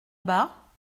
bas